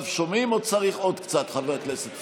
עכשיו שומעים או צריך עוד קצת, חבר הכנסת פורר?